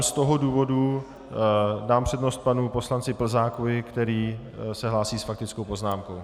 Z toho důvodu dám přednost panu poslanci Plzákovi, který se hlásí s faktickou poznámkou.